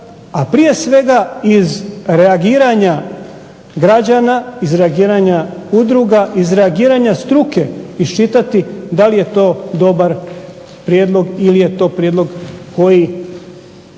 prije svega iz reagiranja građana, iz reagiranja udruga, iz reagiranja struke iščitati da li je to dobar prijedlog ili je to prijedlog koji